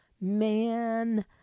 man